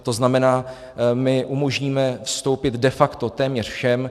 To znamená, umožníme vstoupit de facto téměř všem.